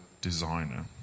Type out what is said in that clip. designer